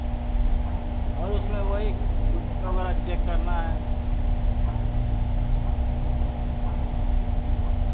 और उसमें वही नट वगैरह चेक करना है